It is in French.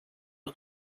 que